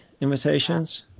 invitations